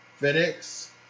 FedEx